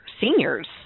seniors